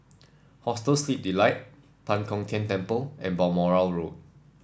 Hostel Sleep Delight Tan Kong Tian Temple and Balmoral Road